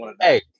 Hey